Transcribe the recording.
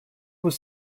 was